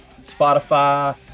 Spotify